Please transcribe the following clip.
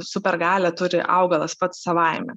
supergalią turi augalas pats savaime